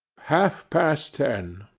half-past ten.